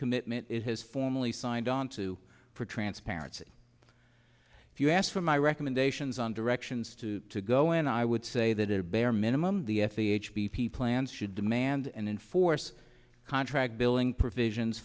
commitment it has formally signed on to for transparency if you asked for my recommendations on directions to go in i would say that a bare minimum the sh b p plans should demand and enforce contract billing provisions